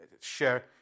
share